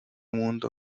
mundo